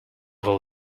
will